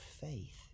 faith